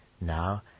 Now